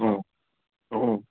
ꯑꯣ ꯑꯣ ꯍꯣ